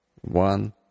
one